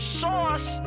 sauce